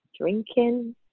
drinking